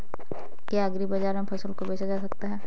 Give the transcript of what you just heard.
क्या एग्रीबाजार में अपनी फसल को बेचा जा सकता है?